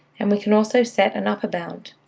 and we can also set an upper bound.